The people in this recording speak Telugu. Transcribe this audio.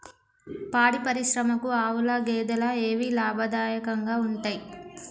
పాడి పరిశ్రమకు ఆవుల, గేదెల ఏవి లాభదాయకంగా ఉంటయ్?